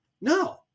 no